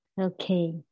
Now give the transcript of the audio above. Okay